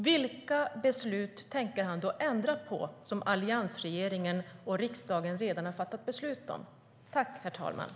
Vilka beslut av dem som alliansregeringen och riksdagen redan har fattat tänker han då ändra på?